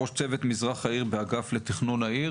ראש צוות מזרח העיר באגף לתכנון העיר,